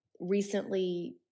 Recently